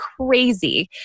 crazy